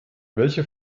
welche